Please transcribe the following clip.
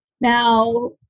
Now